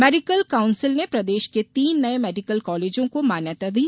medical council ने प्रदेश के तीन नये मेडिकल कॉलेजों को मान्यता दी